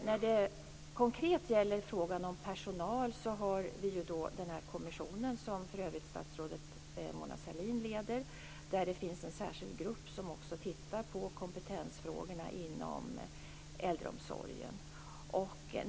När det konkret gäller frågan om personal har vi en kommission, som för övrigt statsrådet Mona Sahlin leder, där det finns en särskild grupp som också tittar på kompetensfrågorna inom äldreomsorgen.